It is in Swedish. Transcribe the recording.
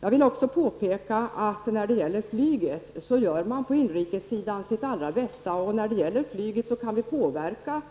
Jag vill också påpeka att när det gäller flyget gör man på inrikessidan sitt allra bästa. Vi kan påverka